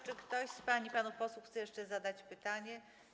Czy ktoś z pań i panów posłów chce jeszcze zadać pytanie?